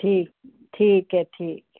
ठीक ठीक है ठीक है